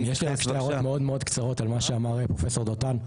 כן יש לי הערות מאוד מאוד קצרות על מה שאמר פרופסור דותן,